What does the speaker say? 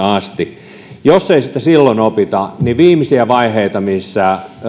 asti jos ei sitä silloin opita niin viimeisiä vaiheita missä